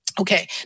Okay